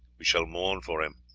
we shall mourn for him,